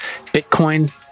Bitcoin